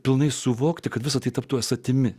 pilnai suvokti kad visa tai taptų esatimi